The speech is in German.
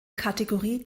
kategorie